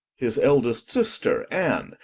his eldest sister, anne,